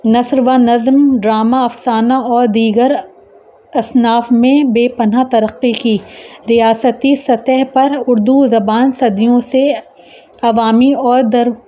نثر و نظم ڈرامہ افسانہ اور دیگر اصناف میں بے پناہ ترقی کی ریاستی سطح پر اردو زبان صدیوں سے عوامی اور در